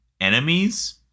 enemies